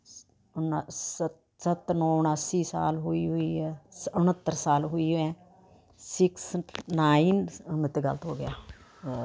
ਸ ਉਨਾ ਸ਼ ਸੱਤ ਨੌਂ ਉਣਾਸੀ ਸਾਲ ਹੋਈ ਹੋਈ ਹੈ ਸ ਉਣੱਤਰ ਸਾਲ ਹੋਈ ਹੈ ਸਿਕਸ ਨਾਈਨ ਮੇਤੇ ਗਲਤ ਹੋ ਗਿਆ ਹ